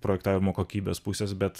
projektavimo kokybės pusės bet